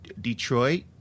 Detroit